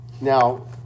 Now